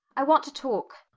i want to talk.